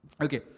Okay